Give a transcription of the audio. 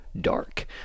dark